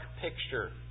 picture